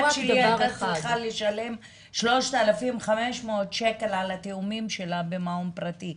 הבת שלי הייתה צריכה לשלם 3,500 שקל על התאומים שלה במעון פרטי,